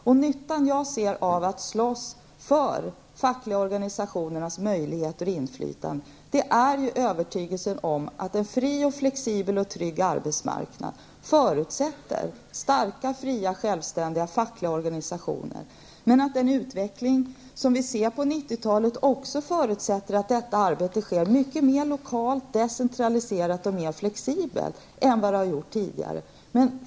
Den nytta jag ser i att slåss för fackliga organisationers möjlighet till inflytande är övertygelsen om att en fri, flexibel och trygg arbetsmarknad förutsätter starka, fria och självständiga fackliga organisationer. Men den utveckling vi ser på 90-talet förutsätter också att detta arbete i större utsträckning sker lokalt, mer decentraliserat och flexibelt än tidigare.